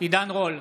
עידן רול,